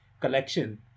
collection